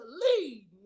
lead